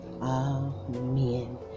Amen